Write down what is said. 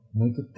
muito